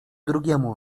drugiemu